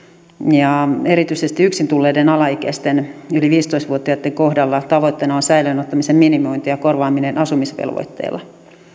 ja erityisesti yksin tulleiden alaikäisten yli viisitoista vuotiaitten kohdalla tavoitteena on säilöön ottamisen minimointi ja korvaaminen asumisvelvoitteella